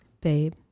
Babe